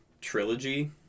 trilogy